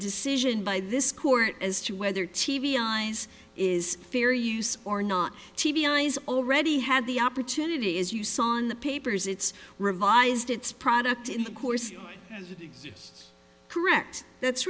decision by this court as to whether t v is is fair use or not t v eyes already had the opportunity as you saw in the papers it's revised its product in the course correct that's